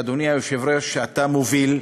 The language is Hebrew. אדוני היושב-ראש, שאתה מוביל,